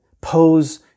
pose